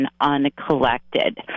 uncollected